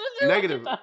negative